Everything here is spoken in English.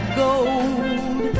gold